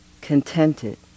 contented